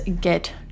get